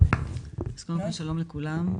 קודם כל שלום לכולם,